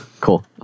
Cool